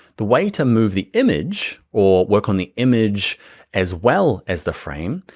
the way to move the image or work on the image as well as the frame,